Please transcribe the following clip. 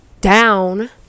down